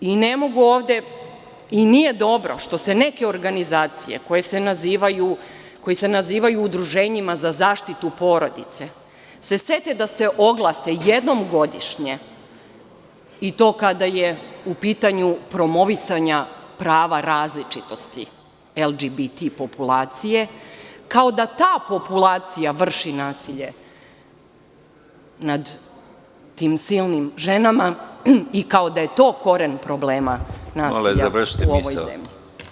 I nije dobro što se neke organizacije, koje se nazivaju udruženjima za zaštitu porodice, se sete da se oglase jednom godišnje, i to kada je u pitanju promovisanja prava različitosti LGBT populacije, kao da ta populacija vrši nasilje nad tim silnim ženama, i kao da je to koren problema nasilja u ovoj zemlji.